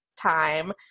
time